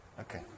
Okay